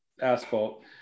asphalt